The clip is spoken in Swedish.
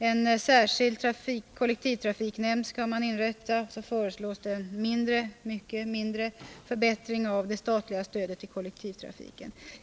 En särskild kollektivtrafiknämnd skall inrättas, och vidare föreslås en mindre förbättring av det statliga stödet till kollektivtrafiken.